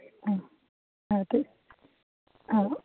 അത് ആ